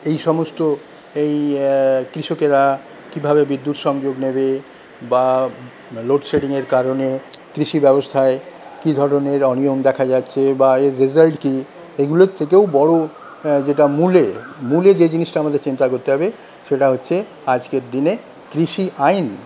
এই সমস্ত এই কৃষকেরা কীভাবে বিদ্যুৎ সংযোগ নেবে বা লোডশেডিংয়ের কারণে কৃষিব্যবস্থায় কি ধরণের অনিয়ম দেখা যাচ্ছে বা এর রেজাল্ট কি এগুলো থেকেও বড়ো যেটা মূলে মূলে যে জিনিসটা আমাদের চিন্তা করতে হবে সেটা হচ্ছে আজকের দিনে কৃষি আইন